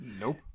Nope